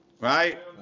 Right